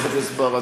חבר הכנסת בר,